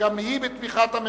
חבר הכנסת אורי